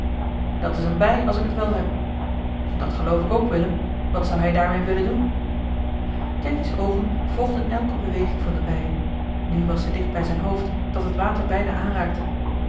dat is een bij als ik het wel heb dat geloof ik ook willem wat zou hij daarmee willen doen jacky's oogen volgden elke beweging van de bij nu was ze dicht bij zijn hoofd dat het water bijna aanraakte